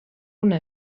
una